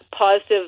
positive